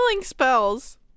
spells